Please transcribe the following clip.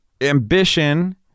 Ambition